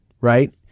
right